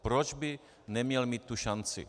Proč by neměl mít tu šanci?